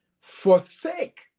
Forsake